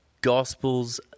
Gospels